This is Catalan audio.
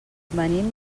venim